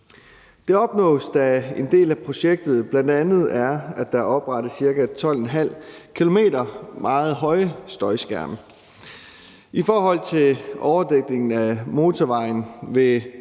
Det opnås, da en del af projektet bl.a. er, at der oprettes ca. 12,5 km meget høje støjskærme. I forhold til overdækningen af motorvejen vil